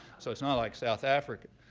so it's not like south africa.